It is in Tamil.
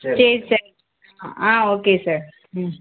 சரி சார் ஆ ஓகே சார் ம்